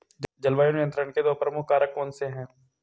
जलवायु नियंत्रण के दो प्रमुख कारक कौन से हैं?